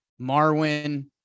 Marwin